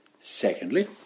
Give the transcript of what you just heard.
Secondly